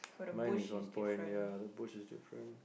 mine is on point ya the bush is different